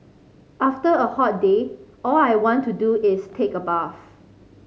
after a hot day all I want to do is take a bath